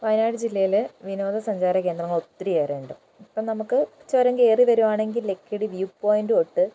വയനാട് ജില്ലയിൽ വിനോദ സഞ്ചാര കേന്ദ്രങ്ങൾ ഒത്തിരിയേറെയുണ്ട് ഇപ്പം നമുക്ക് ചുരം കയറി വരികയാണെങ്കിൽ ലക്കിടി വ്യൂ പോയിൻ്റ് തൊട്ട്